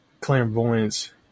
clairvoyance